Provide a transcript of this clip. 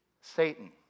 Satan